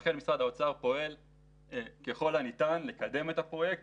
לכן משרד האוצר פועל ככל הניתן לקדם את הפרויקט